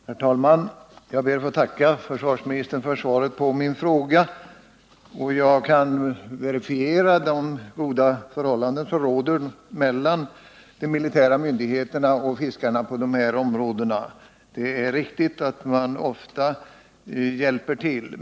Herr talman! Jag ber att få tacka försvarsministern för svaret på min fråga. Jag kan verifiera de goda förhållanden som på det här området råder mellan de militära myndigheterna och fiskarna. Det är riktigt att de militära myndigheterna ofta hjälper till.